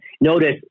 notice